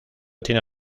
tiene